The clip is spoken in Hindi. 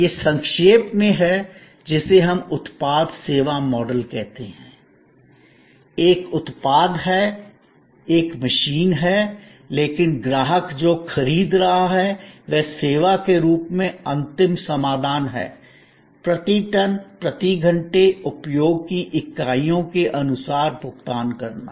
यह संक्षेप में है जिसे हम उत्पाद सेवा मॉडल कहते हैं एक उत्पाद है एक मशीन है लेकिन ग्राहक जो खरीद रहा है वह सेवा के रूप में अंतिम समाधान है प्रति टन प्रति घंटे उपयोग की इकाइयों के अनुसार भुगतान करना